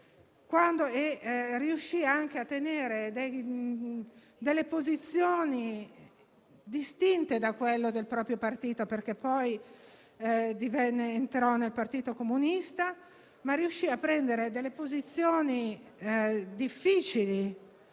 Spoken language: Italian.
Riuscì anche a tenere delle posizioni distinte da quelle del proprio partito. Egli entrò poi nel Partito Comunista, ma riuscì ad assumere delle posizioni difficili,